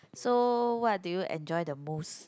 so what did you enjoy the most